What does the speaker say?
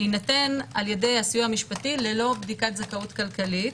יינתן על ידי הסיוע המשפטי ללא בדיקת זכאות כלכלית.